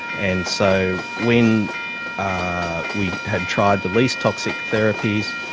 and so when ah we had tried the least toxic therapies,